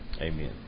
Amen